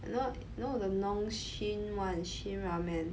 no no the Nongshim [one] Shin ramen